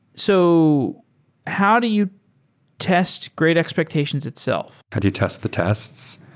so how do you test great expectations itself? how do you test the tests?